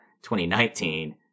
2019